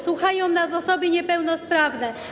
Słuchają nas osoby niepełnosprawne.